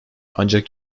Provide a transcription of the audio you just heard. ancak